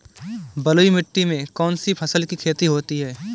बलुई मिट्टी में कौनसी फसल की खेती होती है?